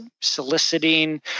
soliciting